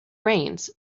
rains